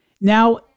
Now